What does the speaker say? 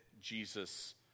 Jesus